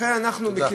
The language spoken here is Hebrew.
לכן אנחנו, תודה.